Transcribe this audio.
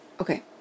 Okay